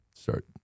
Start